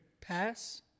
pass